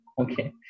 Okay